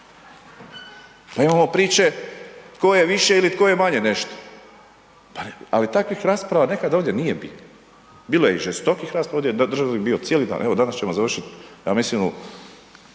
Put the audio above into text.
Pa imamo priče tko je više ili tko je manje nešto ali takvih rasprava nekad ovdje nije bilo, bilo je i žestokih rasprava ovdje, .../Govornik se ne razumije./... cijeli dan, evo danas ćemo završit ja mislim